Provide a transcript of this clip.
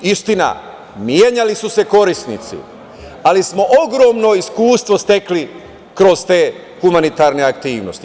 Istina, menjali su se korisnici, ali smo ogromno iskustvo stekli kroz te humanitarne aktivnosti.